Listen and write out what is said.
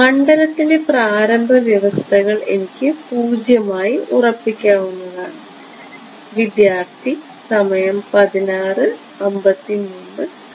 മണ്ഡലത്തിലെ പ്രാരംഭ വ്യവസ്ഥകൾ എനിക്ക് 0 ആയി ഉറപ്പിക്കാവുന്നതാണ്